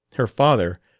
her father,